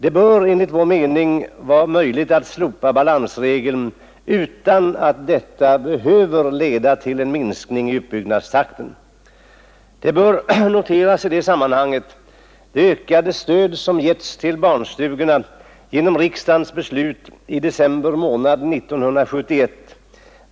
Det bör enligt vår mening vara möjligt att slopa balansregeln utan att detta behöver leda till en minskning i utbyggnadstakten. I sammanhanget bör man notera det ökade stöd som ges till barnstugorna genom riksdagens beslut i december 1971.